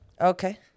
Okay